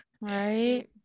Right